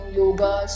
yoga